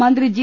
മന്ത്രി ജി